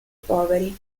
poveri